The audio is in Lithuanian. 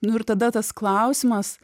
nu ir tada tas klausimas